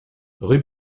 rue